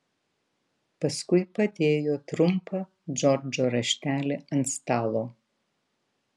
paskui padėjo trumpą džordžo raštelį ant stalo